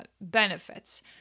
benefits